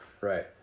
Right